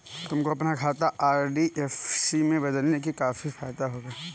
तुमको अपना खाता आर.डी से एफ.डी में बदलने से काफी फायदा होगा